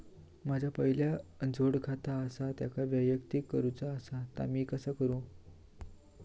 माझा पहिला जोडखाता आसा त्याका वैयक्तिक करूचा असा ता मी कसा करू?